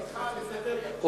ונדחה על-ידי בית-המשפט.